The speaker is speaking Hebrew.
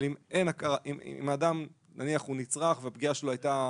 אם אדם נניח נצרך והפגיעה שלו הייתה